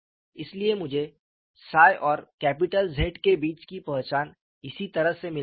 इसलिए मुझे 𝜳 और कैपिटल Z के बीच की पहचान इस तरह से मिल सकती है